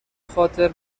خاطر